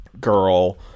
girl